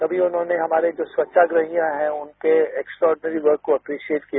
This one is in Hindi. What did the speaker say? कमी उन्होंने हमारे जो स्वच्छताग्रहिया हैं उनके एक्स्ट्राऑडिनेरी वर्क को एप्रीसेट किया